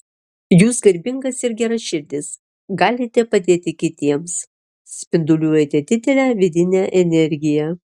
jūs garbingas ir geraširdis galite padėti kitiems spinduliuojate didelę vidinę energiją